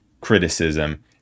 criticism